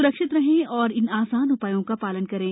सुरक्षित रहें और इन आसान उपायों का शालन करें